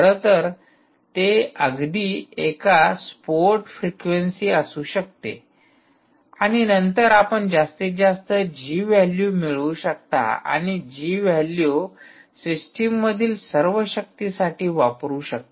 खरं तर ते अगदी एक स्पोर्ट फ्रिक्वेंसी असू शकते आणि नंतर आपण जास्तीत जास्त जी व्हॅल्यू मिळवू शकता आणि जी व्हॅल्यू सिस्टममधील सर्व शक्तीसाठी वापरु शकता